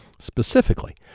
specifically